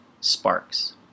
sparks